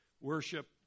worship